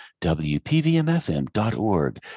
wpvmfm.org